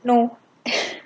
no